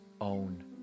own